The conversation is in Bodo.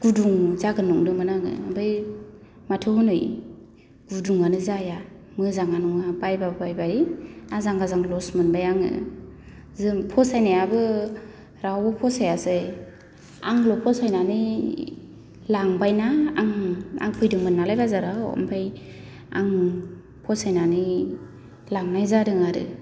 गुदुं जागोन नंदोंमोन आङो ओमफ्राय माथो हनै गुदुङानो जाया मोजाङानो नङा बायबा बायबाय आजां गाजां लस मोनबाय आङो जों फसायनायाबो रावबो फसायासै आंल' फसायनानै लांबाय ना आं आं फैदोंमोन नालाय बाजाराव आमफ्राय आं फसायनानै लांनाय जादों आरो